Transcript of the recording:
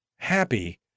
happy